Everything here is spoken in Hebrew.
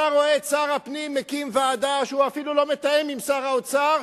אתה רואה את שר הפנים מקים ועדה ואפילו לא מתאם עם שר האוצר,